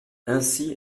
ainsi